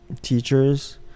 teachers